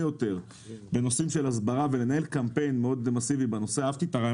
יותר בנושאים של הסברה ולנהל קמפיין מאוד מסיבי בנושא.